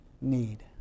need